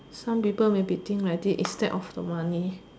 some people may be think like that instead of the money